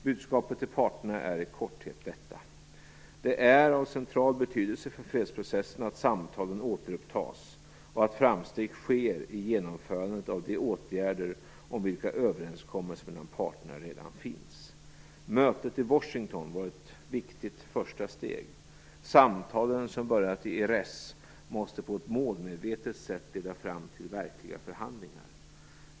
Budskapet till parterna är i korthet detta: - Det är av central betydelse för fredsprocessen att samtalen återupptas, och att framsteg sker i genomförandet av de åtgärder om vilka överenskommelse mellan parterna redan finns. - Mötet i Washington var ett viktigt första steg. - Samtalen som börjat i Erez måste på ett målmedvetet sätt leda till verkliga förhandlingar.